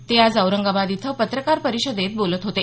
ते आज औरंगाबाद इथं पत्रकार परिषदेत बोलत होते